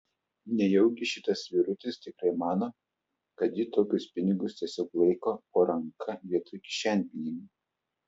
nejaugi šitas vyrutis tikrai mano kad ji tokius pinigus tiesiog laiko po ranka vietoj kišenpinigių